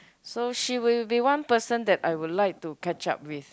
so she will be one person that I will like to catch up with